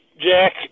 jack